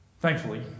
Thankfully